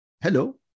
Hello